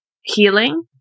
healing